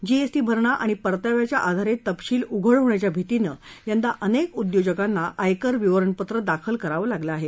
GST भरणा आणि परताव्याच्या आधारे तपशील उघड होण्याच्या भीतीनं यंदा अनेक उद्योजकांना आयकर विवरणपत्र दाखल करावं लागलं आहे